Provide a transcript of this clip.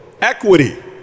Equity